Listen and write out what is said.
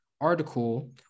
article